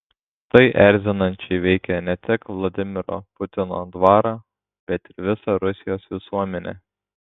tai erzinančiai veikia ne tik vladimiro putino dvarą bet ir visą rusijos visuomenę